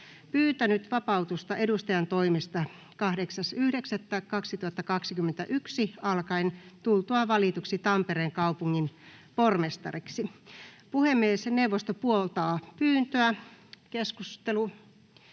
pyytänyt vapautusta edustajantoimesta 8.9.2021 alkaen tultuaan valituksi Helsingin kaupungin pormestariksi. Puhemiesneuvosto puoltaa pyyntöä. Ainoaan